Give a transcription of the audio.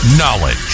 Knowledge